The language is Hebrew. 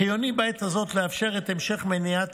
חיוני בעת הזאת לאפשר את המשך מניעת